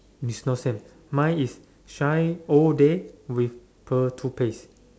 is not same mine is shine all day with pearl toothpaste